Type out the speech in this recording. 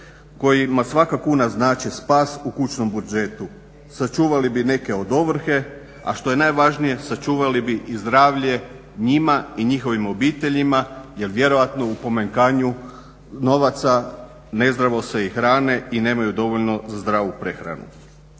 kojima svaka kuna znači spas u kućnom budžetu, sačuvali bi neke od ovrhe, a što je najvažnije sačuvali bi i zdravlje njima i njihovim obiteljima jer vjerojatno u pomanjkanju novaca nezdravo se i hrane i nemaju dovoljno za zdravu prehranu.